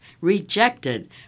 rejected